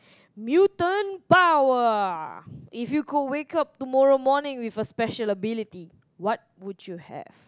mutant power if you could wake up tomorrow morning with a special ability what would you have